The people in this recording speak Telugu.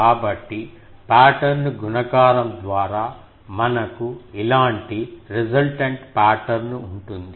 కాబట్టి పాటర్న్ గుణకారం ద్వారా మనకు ఇలాంటి రిజల్ట్టెంట్ పాటర్న్ ఉంటుంది